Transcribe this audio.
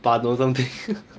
版 or something